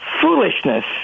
foolishness